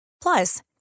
Plus